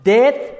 Death